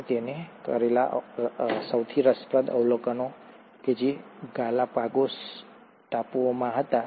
અને તેણે કરેલા સૌથી રસપ્રદ અવલોકનો તે ગાલાપાગોસ ટાપુઓમાં હતા